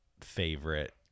favorite